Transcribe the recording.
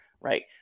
right